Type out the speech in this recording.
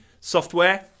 software